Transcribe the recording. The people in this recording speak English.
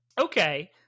Okay